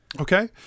Okay